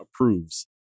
approves